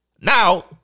Now